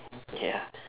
yeah